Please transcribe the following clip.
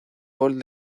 gol